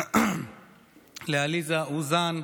עליזה אוזן,